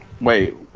Wait